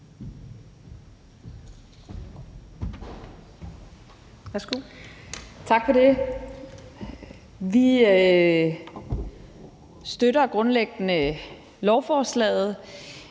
Tak for det. Vi støtter grundlæggende lovforslaget,